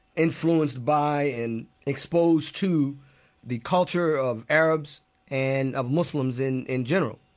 influenced by and exposed to the culture of arabs and of muslims in in general.